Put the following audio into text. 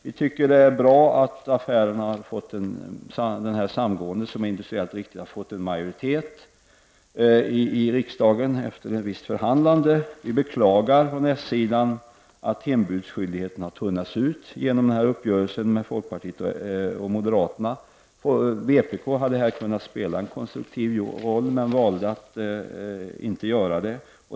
Vi tycker att det är bra att det här samgåendet som är industriellt riktigt — efter ett visst förhandlande — har stöd av en majoritet i riksdagen. Men vi socialdemokrater beklagar att det har blivit en uttunning när det gäller hembudsskyldigheten genom uppgörelsen med folkpartiet och moderaterna. Vpk hade här kunnat spela en konstruktiv roll. Men vpk valde att inte göra det.